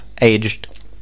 aged